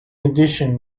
addition